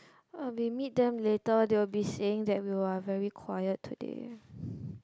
what if we meet them later they will be saying that you are very quiet today